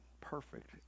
perfect